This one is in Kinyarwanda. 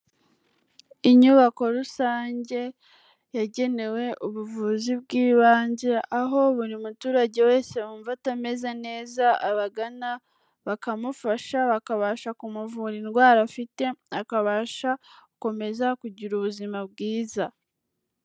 Inyubako rusange yagenewe ubuvuzi bw'ibanze, aho buri muturage wese wumva atameze neza abagana bakamufasha, bakabasha kumuvura indwara afite, akabasha gukomeza kugira ubuzima bwiza.